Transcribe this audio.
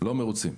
לא מרוצים.